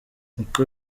niko